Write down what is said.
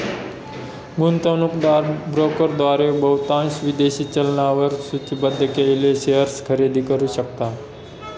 गुंतवणूकदार ब्रोकरद्वारे बहुतांश विदेशी चलनांवर सूचीबद्ध केलेले शेअर्स खरेदी करू शकतात